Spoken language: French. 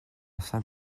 saint